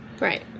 Right